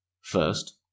First